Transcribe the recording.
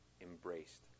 embraced